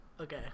Okay